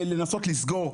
לסיכום,